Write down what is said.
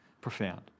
profound